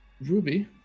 ruby